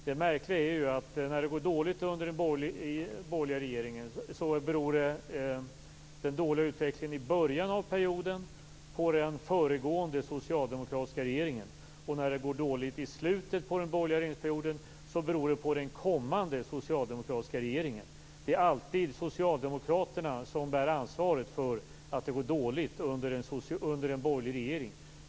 Det märkliga är att när det går dåligt under borgerliga regeringar beror den dåliga utvecklingen i början av perioden på den föregående socialdemokratiska regeringen, och när det går dåligt i slutet på den borgerliga regeringsperioden beror det på den kommande socialdemokratiska regeringen. Det är alltid Socialdemokraterna som bär ansvaret för att det går dåligt under en borgerlig regering.